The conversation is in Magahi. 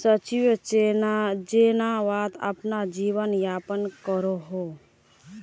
सचिव जेनेवात अपना जीवन यापन करोहो